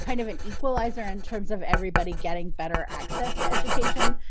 kind of an equalizer in terms of everybody getting better access to education,